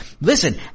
Listen